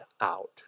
Out